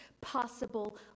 possible